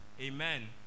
Amen